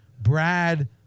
Brad